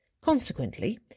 Consequently